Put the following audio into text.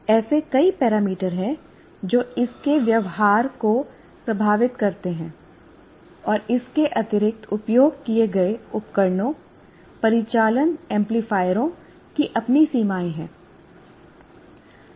ऐसे कई पैरामीटर हैं जो इसके व्यवहार को प्रभावित करते हैं और इसके अतिरिक्त उपयोग किए गए उपकरणों परिचालन एम्पलीफायरों की अपनी सीमाएं हैं